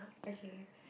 okay